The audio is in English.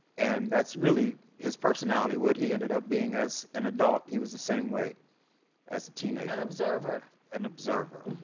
and that's really his personality. what he ended up being as an adult, he was the same way as a teenager. an observer. an observer.